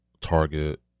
Target